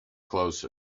closer